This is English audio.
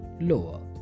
lower